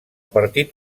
partit